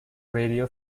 radio